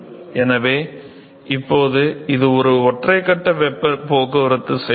எனவே இப்போது இது ஒரு ஒற்றை கட்ட வெப்ப போக்குவரத்து செயல்முறை